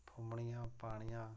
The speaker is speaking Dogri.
फुम्मनियां पानियां